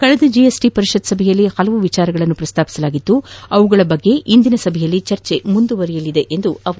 ಕಳೆದ ಜಿಎಸ್ಟಿ ಪರಿಷತ್ ಸಭೆಯಲ್ಲಿ ಹಲವು ವಿಷಯಗಳನ್ನು ಪ್ರಸ್ತಾಪಿಸಿದ್ದು ಅವುಗಳ ಕುರಿತಂತೆ ಇಂದಿನ ಸಭೆಯಲ್ಲಿ ಚರ್ಚೆ ಮುಂದುವರಿಯಲಿದೆ ಎಂದರು